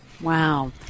Wow